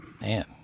Man